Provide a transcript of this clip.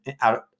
out